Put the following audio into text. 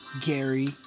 Gary